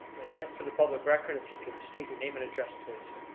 and again, for the public record, if you could state your name and address, please.